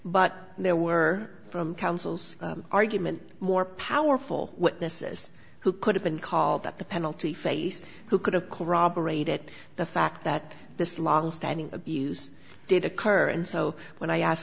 but there were from counsel's argument more powerful witnesses who could have been called at the penalty phase who could have corroborated the fact that this longstanding abuse did occur and so when i ask